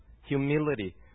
humility